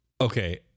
Okay